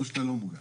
או שאתה לא מוגן,